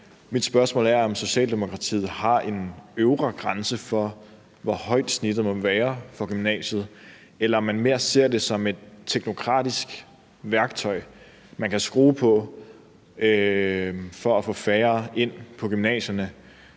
Mit spørgsmål er, om Socialdemokratiet har en øvre grænse for, hvor højt snittet må være for gymnasiet, eller om man mere ser det som et teknokratisk værktøj, man kan skrue på for at få færre ind på gymnasierne,